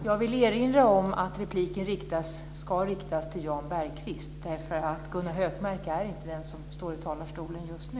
Jag vill erinra om att repliken ska riktas till Jan Bergqvist. Gunnar Hökmark är inte den som står i talarstolen just nu.